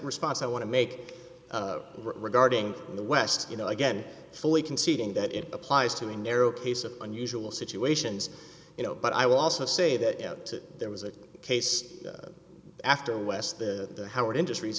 response i want to make regarding the west you know again fully conceding that it applies to a narrow case of unusual situations you know but i will also say that there was a case after west the howard industr